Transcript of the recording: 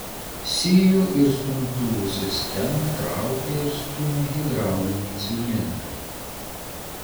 sijų ir stumtuvų sistemą traukia ir stumia hidrauliniai cilindrai